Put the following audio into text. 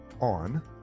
on